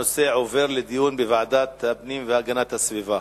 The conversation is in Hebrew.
הנושא עובר לדיון בוועדת הפנים והגנת הסביבה.